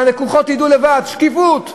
שקיפות.